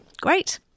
Great